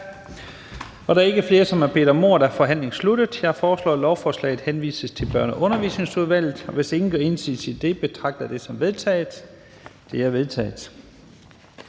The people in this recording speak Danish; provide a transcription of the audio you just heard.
Da der ikke er flere, som har bedt om ordet, er forhandlingen sluttet. Jeg foreslår, at lovforslaget henvises til Børne- og Undervisningsudvalget. Hvis ingen gør indsigelse, betragter jeg det som vedtaget. Det er vedtaget.